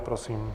Prosím.